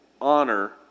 honor